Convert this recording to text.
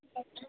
अच्छ